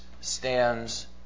stands